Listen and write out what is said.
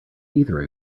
either